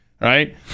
right